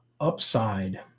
upside